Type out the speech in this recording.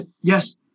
yes